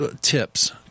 tips